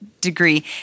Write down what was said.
degree